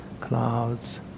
clouds